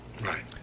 Right